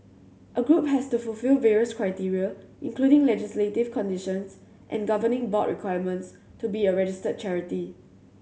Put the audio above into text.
a group has to fulfil various criteria including legislative conditions and governing board requirements to be a registered charity